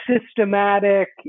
systematic